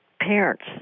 parents